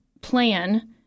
plan